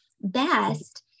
best